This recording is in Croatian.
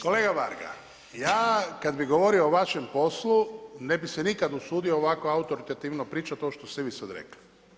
Kolega Varga ja kada bi govorio o vašem poslu ne bi se nikada usudio ovako autoritativno pričati ovo što ste vi sada rekli.